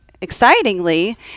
excitingly